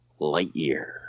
Lightyear